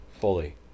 fully